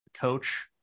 coach